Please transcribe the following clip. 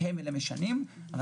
אבל